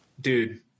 Dude